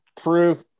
proof